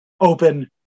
open